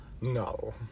No